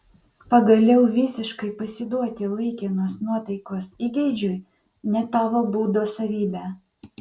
pagaliau visiškai pasiduoti laikinos nuotaikos įgeidžiui ne tavo būdo savybė